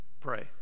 pray